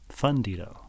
Fundido